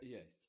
Yes